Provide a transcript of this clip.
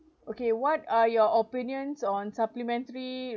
okay what are your opinions on supplementary